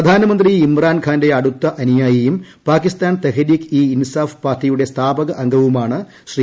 പ്രധാനമന്ത്രി ഇമ്രാൻഖാന്റെ അടുത്ത അനുയായിയും പാകിസ്ഥാൻ തെഹ്രീക്ക് ഇ ഇൻസാഫ് പാർട്ടിയുടെ സ്ഥാപക അംഗവുമാണ് ശ്രീ